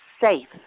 safe